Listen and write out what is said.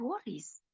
stories